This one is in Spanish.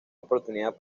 oportunidad